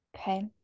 Okay